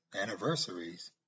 anniversaries